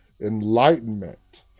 enlightenment